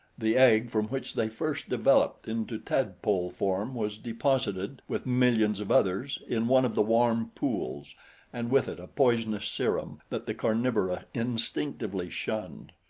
the egg from which they first developed into tadpole form was deposited, with millions of others, in one of the warm pools and with it a poisonous serum that the carnivora instinctively shunned.